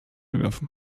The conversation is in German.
werfen